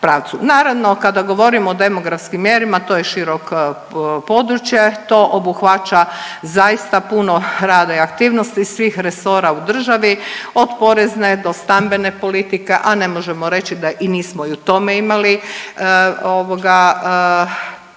Naravno kada govorimo o demografskim mjerama to je širok područje, to obuhvaća zaista puno rada i aktivnosti svih resora u državi, od porezne do stambene politike, a ne možemo reći da i nismo i u tome imali ovoga